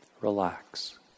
relax